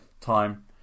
time